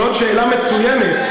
זאת שאלה מצוינת.